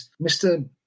Mr